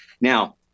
Now